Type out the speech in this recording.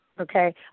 okay